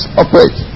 operate